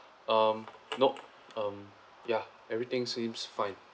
um nope um ya everything seems fine